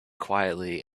quietly